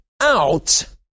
out